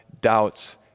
doubts